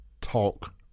talk